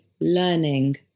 learning